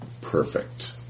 perfect